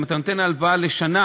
אם אתה נותן הלוואה לשנה,